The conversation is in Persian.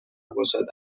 باشد